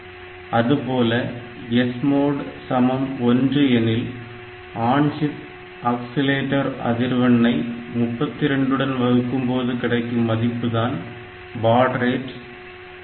அதுபோல SMOD 1 எனில் on chip oscillator அதிர்வெண் ஐ 32 உடன் வகுக்கும் போது கிடைக்கும் மதிப்புதான் பாட் ரேட் கிளாக்